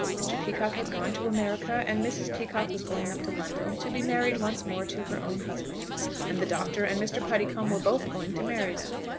mr. peacocke had gone to america, and mrs. peacocke was going up to london to be married once more to her own husband and the doctor and mr. puddicombe were both going to marry them.